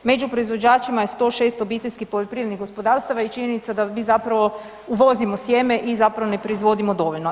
Među proizvođačima je 106 obiteljskih poljoprivrednih gospodarstava i činjenica da mi zapravo uvozimo sjeme i zapravo ne proizvodimo dovoljno.